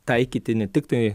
taikytini tiktai